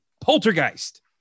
poltergeist